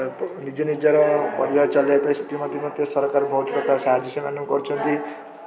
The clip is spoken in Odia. ନିଜେ ନିଜର ପରିବାର ଚଲେଇବା ପାଇଁ ସେଥିପ୍ରତି ମଧ୍ୟ ସରକାର ବହୁତପ୍ରକାର ସାହାଯ୍ୟ ସେମାନଙ୍କୁ କରୁଛନ୍ତି